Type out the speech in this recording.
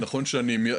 שאני אומר.